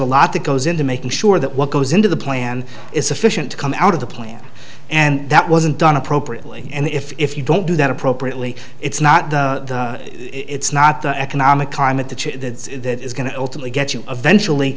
a lot that goes into making sure that what goes into the plan is sufficient to come out of the plan and that wasn't done appropriately and if you don't do that appropriately it's not the it's not the economic climate that that is going to ultimately get you eventually